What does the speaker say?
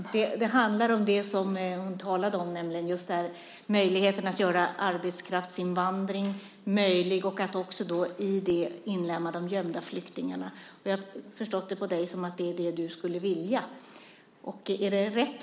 Fru talman! Det handlar om det som Ulrika Karlsson talade om, nämligen just möjligheten att göra arbetskraftsinvandring möjlig och att i det inlemma detta med de gömda flyktingarna. Såvitt jag förstår är det vad Ulrika skulle vilja. Är det rätt?